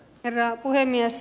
herra puhemies